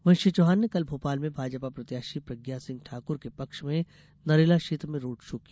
वहीं श्री चौहान ने कल भोपाल में भाजपा प्रत्याशी प्रज्ञा सिंह ठाकुर के पक्ष में नरेला क्षेत्र में रोड शो किया